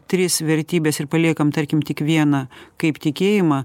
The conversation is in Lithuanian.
tris vertybes ir paliekam tarkim tik vieną kaip tikėjimą